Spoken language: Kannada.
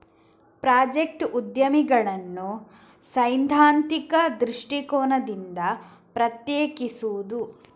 ಪ್ರಾಜೆಕ್ಟ್ ಉದ್ಯಮಿಗಳನ್ನು ಸೈದ್ಧಾಂತಿಕ ದೃಷ್ಟಿಕೋನದಿಂದ ಪ್ರತ್ಯೇಕಿಸುವುದು